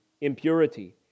impurity